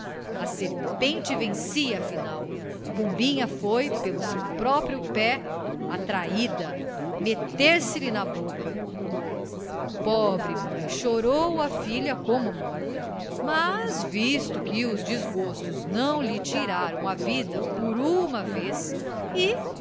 a serpente vencia afinal pombinha foi pelo seu próprio pé atraída meter se lhe na boca a pobre mãe chorou a filha como morta mas visto que os desgostos não lhe tiraram a vida por uma vez